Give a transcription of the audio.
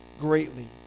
greatly